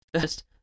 first